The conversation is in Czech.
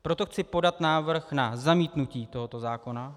Proto chci podat návrh na zamítnutí tohoto zákona.